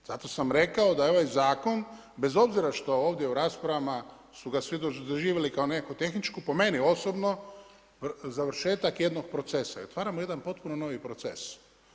Zato sam rekao da je ovaj zakon bez obzira što ovdje u raspravama su ga svi doživjeli kako nekakvu tehničku, po meni osobno završetak jednog procesa i otvaramo jedan potpuno novi proces.